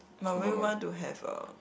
but will you want to have a